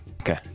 Okay